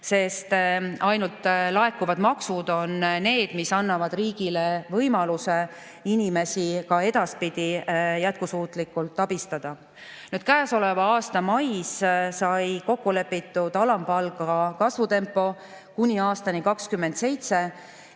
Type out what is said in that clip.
sest ainult laekuvad maksud on need, mis annavad riigile võimaluse inimesi ka edaspidi jätkusuutlikult abistada. Käesoleva aasta mais sai kokku lepitud alampalga kasvu tempo kuni aastani 2027,